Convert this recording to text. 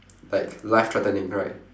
like life threatening right